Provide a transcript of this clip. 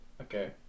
Okay